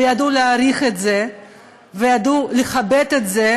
ידעו להעריך את זה וידעו לכבד את זה,